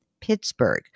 Pittsburgh